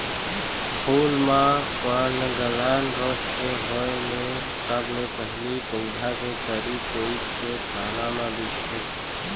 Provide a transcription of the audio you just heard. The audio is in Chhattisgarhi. फूल म पर्नगलन रोग के होय ले सबले पहिली पउधा के तरी कोइत के पाना म दिखथे